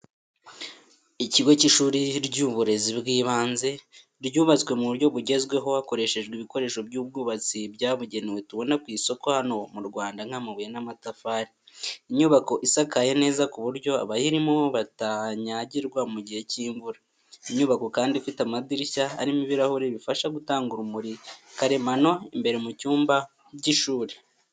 Ikigo cy’ishuri ry’uburezi bw’ibanze, ryubatswe mu buryo bugezweho, hakoreshejwe ibikoresho by’ubwubatsi byabugenewe tubona ku isoko hano mu Rwanda nk’amabuye n’amatafari. Inyubako isakaye neza ku buryo abayirimo batanyagirwa mu gihe cy’imvura. Inyubako kandi ifite amadirishya arimo ibirahure bifasha gutanga urumuri karemano imbere mu cyumba by’ishuri.